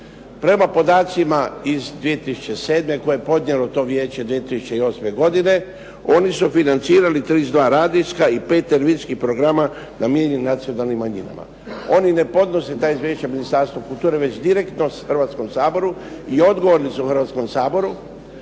Prema podacima iz 2007. koje je podnijelo to vijeće 2008. godine oni su financirali 32 radijska i 5 televizijskih programa namijenjenih nacionalnim manjinama. Oni ne podnose ta izvješća Ministarstvu kulture već direktno Hrvatskom saboru i odgovorni su Hrvatskom saboru.